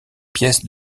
pièces